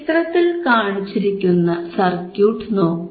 ചിത്രത്തിൽ കാണിച്ചിരിക്കുന്ന സർക്യൂട്ട് നോക്കൂ